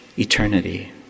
eternity